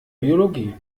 biologie